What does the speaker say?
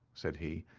said he,